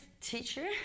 teacher